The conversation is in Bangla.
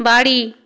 বাড়ি